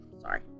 Sorry